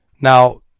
Now